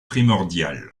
primordial